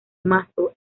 mazo